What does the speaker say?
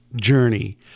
journey